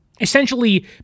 essentially